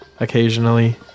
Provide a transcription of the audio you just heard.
Occasionally